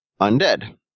undead